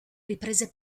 riprese